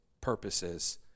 purposes